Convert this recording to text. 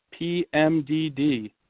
pmdd